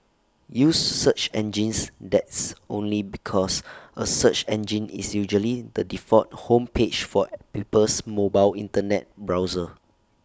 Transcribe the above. use search engines that's only because A search engine is usually the default home page for people's mobile Internet browser